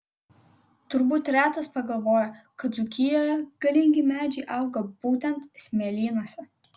turbūt retas pagalvoja kad dzūkijoje galingi medžiai auga būtent smėlynuose